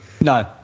no